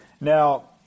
Now